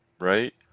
right